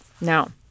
Now